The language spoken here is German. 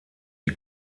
die